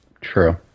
True